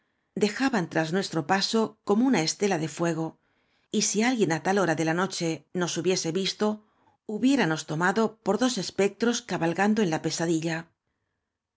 dejaban ras nuestro paso como una estela de fuego y si alguien á tal hora de la noche nos hubiese visto hubiéranos tomado por dos es pectros cabalgando en la pesadilla